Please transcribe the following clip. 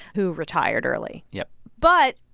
who retired early yup but,